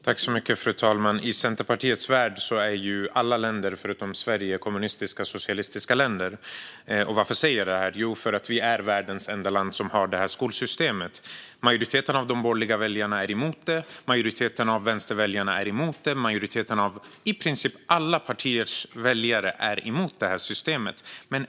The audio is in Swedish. Fru talman! I Centerpartiets värld är alla länder förutom Sverige kommunistiska och socialistiska. Varför säger jag då det? Jo, för att vi är världens enda land som har det här skolsystemet. Majoriteten av de borgerliga väljarna är emot det. Majoriteten av vänsterväljarna är emot det. Majoriteten av i princip alla partiers väljare är emot det här systemet.